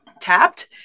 tapped